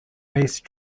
based